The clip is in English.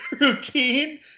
routine